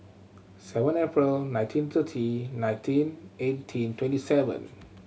seven April nineteen thirty nineteen eighteen twenty seven